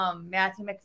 Matthew